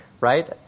right